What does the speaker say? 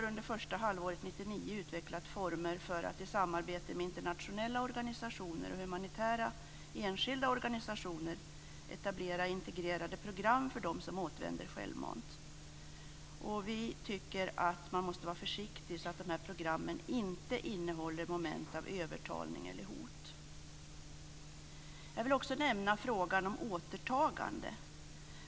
utvecklat former för att i samarbete med internationella organisationer och humanitära enskilda organisationer etablera integrerade program för dem som återvänder självmant. Vi tycker att man måste vara försiktig så att programmen inte innehåller moment av övertalning eller hot. Jag vill också nämna frågan om återtagande.